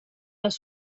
les